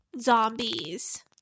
zombies